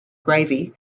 gravy